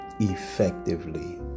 Effectively